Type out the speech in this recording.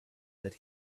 that